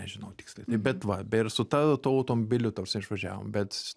nežinau tiksliai bet va ir su ta tuo automobiliu ta prasme išvažiavom bet